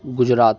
Gujarat